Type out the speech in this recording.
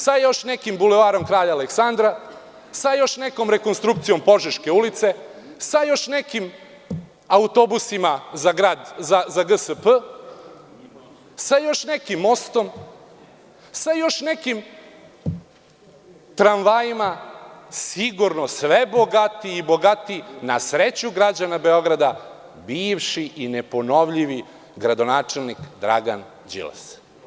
Sa još nekim Bulevarom Kralja Aleksandra, sa još nekom rekonstrukcijom Požeške ulice, sa još nekim autobusima za GSP, sa još nekim mostom, sa još nekim tramvajima, sigurno sve bogatiji i bogatiji, na sreću građana Beograda bivši i neponovljivi gradonačelnik Dragan Đilas.